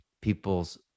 people's